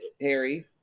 Harry